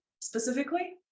specifically